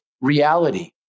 reality